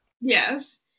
yes